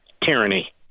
tyranny